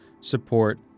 support